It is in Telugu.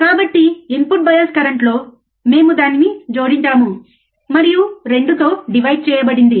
కాబట్టి ఇన్పుట్ బయాస్ కరెంట్లో మేము దానిని జోడించాము మరియు 2 తో డివైడ్ చేయబడింది